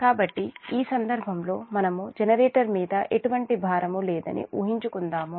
కాబట్టి ఈ సందర్భంలో మనము జనరేటర్ మీద ఎటువంటి భారము లేదని ఊహించుకుందాము